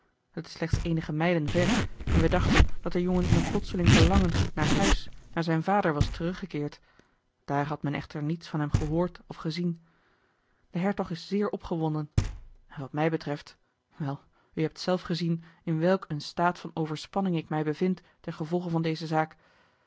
is slechts eenige mijlen ver en wij dachten dat de jongen in een plotseling verlangen naar huis naar zijn vader was teruggekeerd daar had men echter niets van hem gehoord of gezien de hertog is zeer opgewonden en wat mij betreft wel u hebt zelf gezien in welk een staat van overspanning ik mij bevind ten gevolge van deze zaak